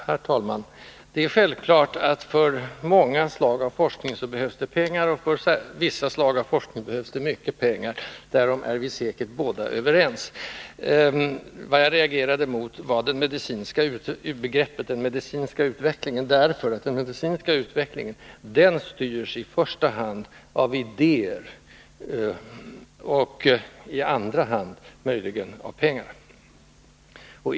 Herr talman! Det är självklart att det för många slag av forskning behövs pengar, och för vissa slag av forskning behövs det mycket pengar. Därom är vi säkert båda överens. Vad jag reagerade mot var begreppet ”den medicinska utvecklingen”, därför att den medicinska utvecklingen styrs i första hand av idéer och i andra hand möjligen av pengar.